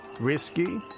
risky